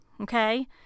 okay